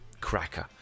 cracker